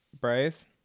Bryce